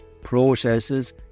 processes